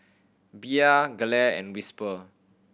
Bia Gelare and Whisper